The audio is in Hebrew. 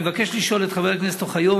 אני מבקש לשאול את חבר הכנסת אוחיון.